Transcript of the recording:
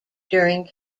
during